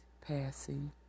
passing